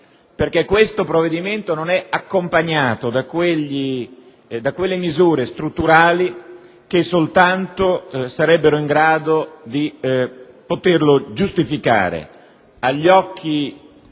perché esso non è accompagnato da quelle misure strutturali che soltanto sarebbero in grado di poterlo giustificare agli occhi